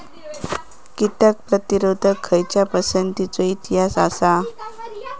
कीटक प्रतिरोधक खयच्या पसंतीचो इतिहास आसा?